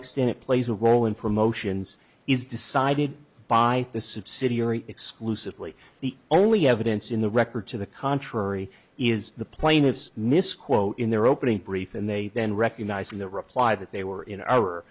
extent it plays a role in promotions is decided by the subsidiary exclusively the only evidence in the record to the contrary is the plaintiff's misquote in their opening brief and they then recognizing the reply that they were in